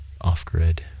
off-grid